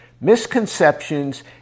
misconceptions